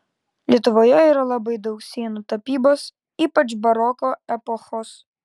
lietuvoje yra labai daug sienų tapybos ypač baroko epochos